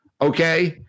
Okay